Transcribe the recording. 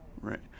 right